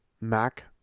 Mac